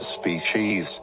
species